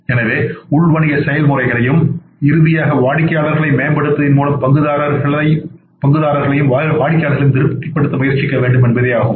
எனவே உள் வணிக செயல்முறைகளையும் இறுதியாக வாடிக்கையாளர்களை மேம்படுத்துவதன் மூலம் பங்குதாரர்களையும் வாடிக்கையாளர்களையும் திருப்திப்படுத்த முயற்சிக்க வேண்டும் என்பதாகும்